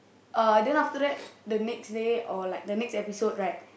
uh then after that the next day or like the next episode right